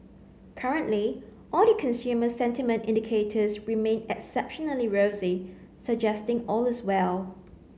currently all the consumer sentiment indicators remain exceptionally rosy suggesting all is well